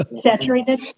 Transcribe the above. saturated